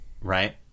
Right